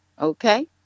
okay